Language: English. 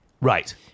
Right